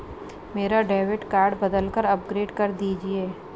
मेरा debit card बदलकर upgrade कर दीजिए